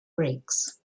brakes